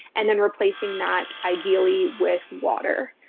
and then replacing that ideally with water,